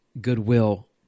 goodwill